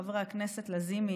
חברי הכנסת לזימי,